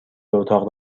اتاق